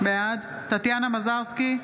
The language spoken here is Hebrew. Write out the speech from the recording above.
בעד טטיאנה מזרסקי,